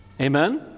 Amen